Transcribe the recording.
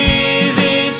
easy